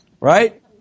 Right